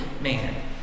man